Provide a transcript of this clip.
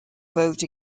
vote